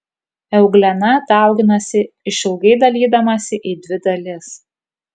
euglena dauginasi išilgai dalydamasi į dvi dalis